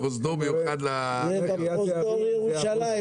לפרוזדור מיוחד ל- -- פרוזדור ירושלים.